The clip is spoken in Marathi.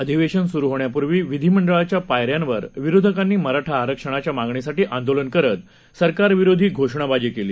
अधिवेशनसुरुहोण्यापूर्वीविधीमंडळाच्यापायऱ्यांवरविरोधकांनीमराठाआरक्षणाच्यामागणीसाठीआंदोलनकरत दरम्यान सरकारविरोधीघोषणाबाजीकेली